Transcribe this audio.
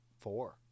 four